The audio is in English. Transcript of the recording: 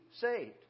saved